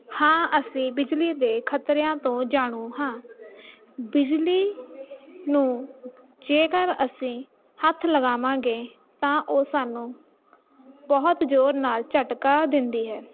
ਹਾਂ ਅਸੀਂ ਬਿਜਲੀ ਦੇ ਖਤਰਿਆਂ ਤੋਂ ਜਾਣੂ ਹਾਂ ਬਿਜਲੀ ਨੂੰ ਜੇਕਰ ਅਸੀਂ ਹੱਥ ਲਗਾਵਾਂਗੇ ਤਾਂ ਉਹ ਸਾਨੂੰ ਬਹੁਤ ਜ਼ੋਰ ਨਾਲ ਝਟਕਾ ਦਿੰਦੀ ਹੈ